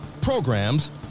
programs